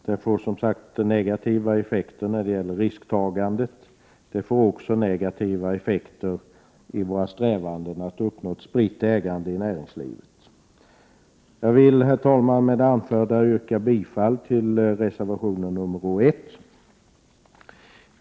Det får som sagt negativa effekter när det gäller risktagande och även negativa effekter för våra strävanden att uppnå ett spritt ägande i näringslivet. Jag vill, herr talman, med det anförda yrka bifall till reservation nr 1.